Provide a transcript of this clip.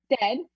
dead